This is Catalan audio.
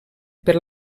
per